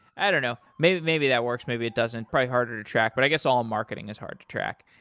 i don't know. maybe maybe that works. maybe it doesn't. probably harder to track. but i guess all marketing is hard to track.